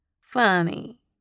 Funny